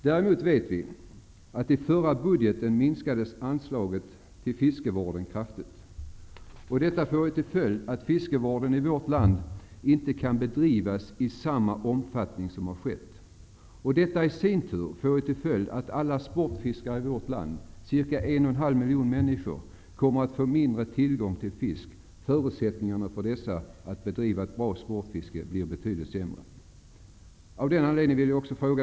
Däremot vet vi att i förra budgeten minskades anslaget till fiskevården kraftigt. Detta får till följd att fiskevården i vårt land inte kan bedrivas i samma omfattning som skett. Detta i sin tur får till följd att alla sportfiskare i vårt land, ca 1,5 miljoner människor, kommer att få mindre tillgång till fisk. Förutsättningarna för dessa att bedriva ett bra sportfiske blir betydligt sämre.